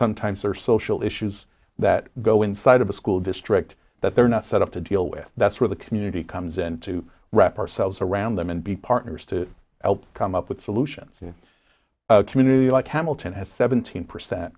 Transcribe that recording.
sometimes are social issues that go inside of a school district that they're not set up to deal with that's where the community comes in to wrap ourselves around them and be partners to help come up with solutions community like hamilton has seventeen percent